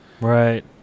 Right